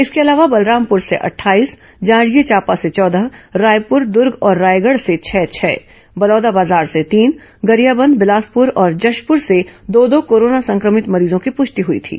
इसके अलावा बलरामपुर से अट्ठाईस जांजगीर चांपा से चौदह रायपुर दुर्ग और रायगढ़ से छह छह बलौदाबाजार से तीन गरियाबंद बिलासपुर और जशपुर से दो दो कोरोना संक्रमित मरीजों की पृष्टि हई थी